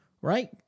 right